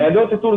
ניידות איתור,